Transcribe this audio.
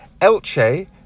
Elche